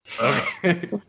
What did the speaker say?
Okay